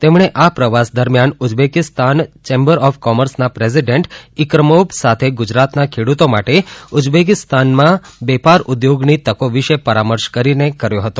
તેમણે આ પ્રવાસ દરમ્યાન ઉઝબેકિસ્તાન ચેમ્બર ઓફ કોમર્સ ના પ્રેસિડેન્ટ ઇક્રમોવ સાથે ગુજરાત ના ખેડૂતો માટે ઉઝબેકિસ્તાનમાં વેપાર ઉદ્યોગ ની તકો વિશે પરામર્શ કરીને કર્યો હતો